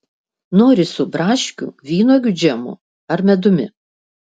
nori su braškių vynuogių džemu ar medumi